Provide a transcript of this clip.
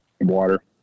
Water